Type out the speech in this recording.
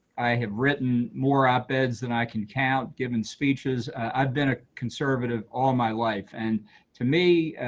i have written more op-eds than i can count, given speeches. i've been a conservative all my life. and to me,